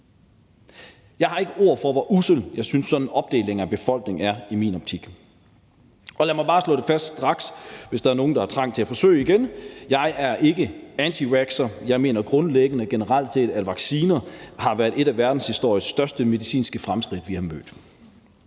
Jeg har ikke ord for, hvor ussel jeg synes sådan en opdeling af befolkningen i min optik er, og lad mig bare straks slå fast, hvis der er nogen, der har trang til at forsøge sig igen, at jeg ikke er antivaxxer, og at jeg grundlæggende og generelt set mener, at vacciner har været en af verdenshistoriens største medicinske fremskridt, vi har haft.